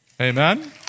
Amen